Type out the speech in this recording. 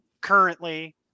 currently